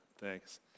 Thanks